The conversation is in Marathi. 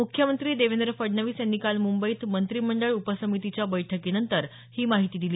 मुख्यमंत्री देवेंद्र फडणवीस यांनी काल मुंबईत मंत्रिमंडळ उपसमितीच्या बैठकीनंतर ही माहिती दिली